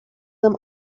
them